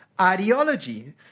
ideology